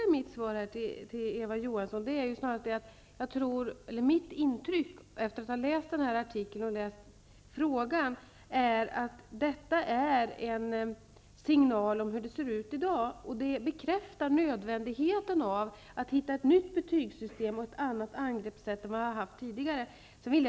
I mitt svar till Eva Johansson påpekade jag att mitt intryck, efter att jag hade läst artikeln och frågan, är att detta är en signal om hur det ser ut i dag. Den bekräftar nödvändigheten av att finna ett nytt betygssystem och ett annat angreppssätt än vad man tidigare har haft.